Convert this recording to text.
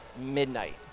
midnight